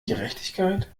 gerechtigkeit